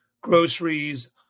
groceries